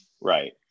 Right